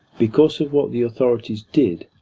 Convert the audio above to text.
because of what the authorities did,